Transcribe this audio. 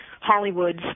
Hollywood's